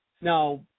Now